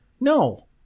no